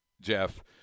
Jeff